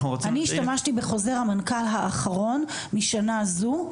אני השתמשתי בחוזר המנכ"ל האחרון משנה זו,